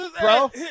bro